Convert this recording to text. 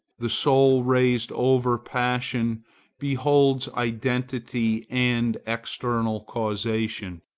the soul raised over passion beholds identity and eternal causation,